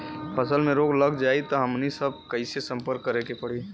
फसल में रोग लग जाई त हमनी सब कैसे संपर्क करें के पड़ी?